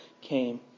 came